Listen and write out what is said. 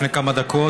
לפני כמה דקות,